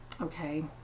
okay